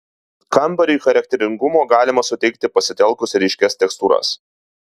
kambariui charakteringumo galima suteikti pasitelkus ryškias tekstūras